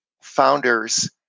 founders